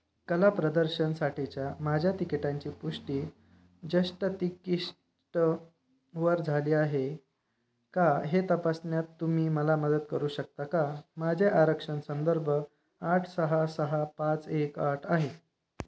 कला प्रदर्शनसाठीच्या माझ्या तिकिटांची पुष्टी जष्टतिकिष्टवर झाली आहे का हे तपासण्यात तुम्ही मला मदत करू शकता का माझे आरक्षण संदर्भ आठ सहा सहा पाच एक आठ आहे